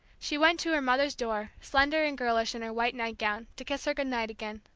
she went to her mother's door, slender and girlish in her white nightgown, to kiss her good-night again.